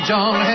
John